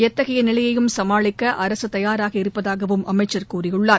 எத்தகைய நிலையையும் சமாளிக்க அரசு தயாராக இருப்பதாகவும் அமைச்சர் கூறியுள்ளார்